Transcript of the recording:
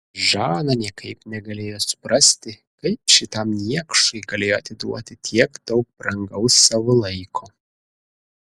žana niekaip negalėjo suprasti kaip šitam niekšui galėjo atiduoti tiek daug brangaus savo laiko